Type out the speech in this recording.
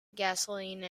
gasoline